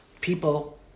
people